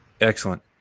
Excellent